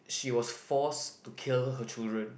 she was forced to kill her children